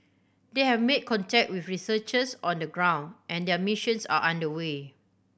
they have made contact with researchers on the ground and their missions are under way